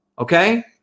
Okay